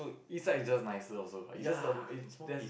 East side is just nicer also is just a is that